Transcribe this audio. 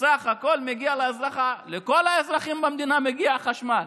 סך הכול לכל האזרחים במדינה מגיע חשמל.